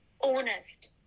honest